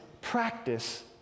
practice